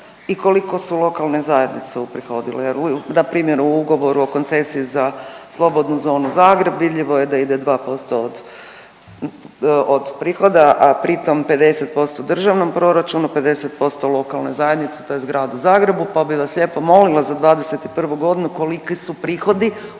i koliko su lokalne zajednice uprihodile jer npr. u ugovoru o koncesiji za slobodnu zonu Zagreb vidljivo je da ide 2% od prihoda, a pri tom 50% državnom proračunu, 50% lokalnoj zajednici tj. gradu Zagrebu pa bi vas lijepo molila za '21.g. koliki su prihodi